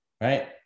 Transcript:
Right